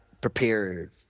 prepared